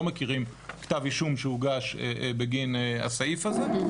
מכירים כתב אישום שהוגש בגין הסעיף הזה.